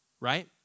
right